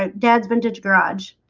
ah dad's vintage garage